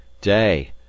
day